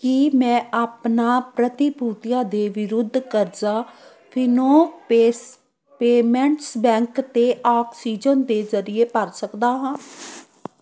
ਕੀ ਮੈਂ ਆਪਣਾ ਪ੍ਰਤੀਭੂਤੀਆਂ ਦੇ ਵਿਰੁੱਧ ਕਰਜ਼ਾ ਫਿਨੋ ਪੇਸ ਪੇਮੈਂਟਸ ਬੈਂਕ 'ਤੇ ਆਕਸੀਜਨ ਦੇ ਜਰੀਏ ਭਰ ਸਕਦਾ ਹਾਂ